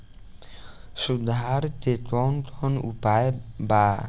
सुधार के कौन कौन उपाय वा?